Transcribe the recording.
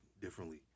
differently